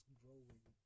growing